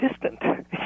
distant